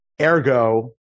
ergo